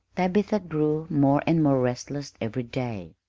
tabitha grew more and more restless every day.